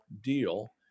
deal